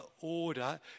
order